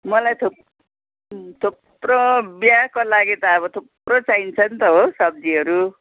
मलाई थुप थुप्रो बिहाको लागि त अब थुप्रो चाहिन्छ नि त हो सब्जीहरू